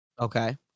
Okay